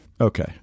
Okay